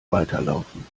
weiterlaufen